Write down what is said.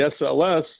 SLS